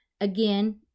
Again